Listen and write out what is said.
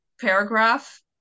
paragraph